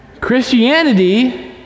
Christianity